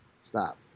Stop